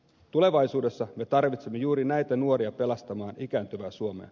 tulevaisuudessa me tarvitsemme juuri näitä nuoria pelastamaan ikääntyvää suomea